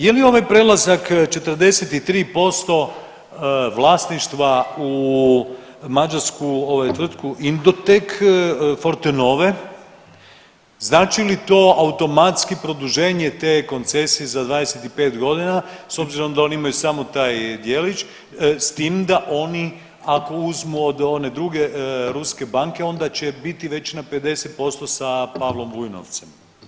Je li ovaj prelazak 43% vlasništva u mađarsku tvrtku Indotek Fortenove, znači li to automatski produženje te koncesije za 25 godina, s obzirom da oni imaju samo taj djelić, s tim da oni ako uzmu od one druge ruske banke onda će biti već na 50% sa Pavlom Vujnovcem.